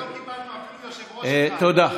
תודה.